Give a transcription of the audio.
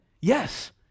Yes